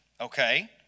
okay